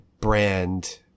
brand